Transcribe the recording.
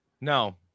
No